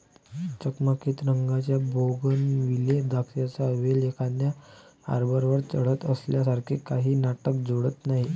चकचकीत रंगाच्या बोगनविले द्राक्षांचा वेल एखाद्या आर्बरवर चढत असल्यासारखे काहीही नाटक जोडत नाही